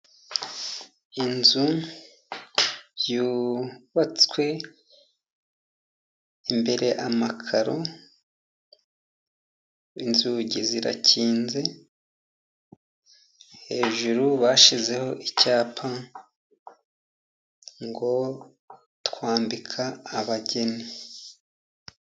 Inzu yubatswe, imbere amakaro, inzugi zirakinze, hejuru bashyizeho icyapa ngo:"Twambika abageni."